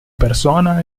persona